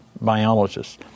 biologists